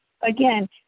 again